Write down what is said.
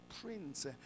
prince